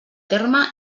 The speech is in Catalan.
terme